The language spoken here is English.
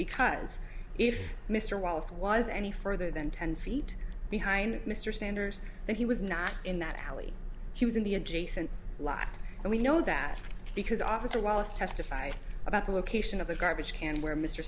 because if mr wallace was any further than ten feet behind mr sanders and he was not in that alley he was in the adjacent lives and we know that because officer wallace testified about the location of the garbage can where m